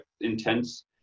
intense